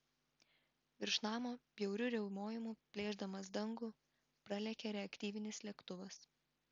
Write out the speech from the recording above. virš namo bjauriu riaumojimu plėšdamas dangų pralėkė reaktyvinis lėktuvas